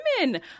women